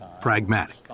pragmatic